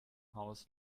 haus